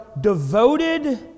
devoted